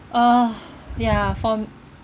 uh ya for